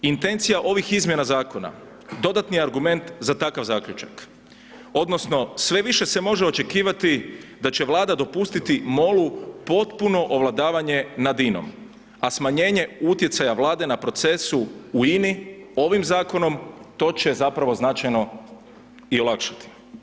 Intencija ovih izmjena, zakona dodatni argument za takav zaključak odnosno sve više se može očekivati da će Vlada dopustiti MOL-u potpuno ovladavanje nad INA-om a smanjenje utjecaja Vlade na procesu u INA-i, ovim zakonom, to će zapravo značajno i olakšati.